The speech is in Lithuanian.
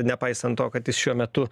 nepaisant to kad jis šiuo metu